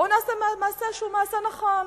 בואו נעשה מעשה נכון.